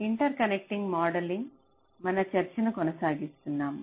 interconnect మోడలింగ్పై మన చర్చను కొనసాగిస్తాము